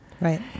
Right